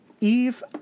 Eve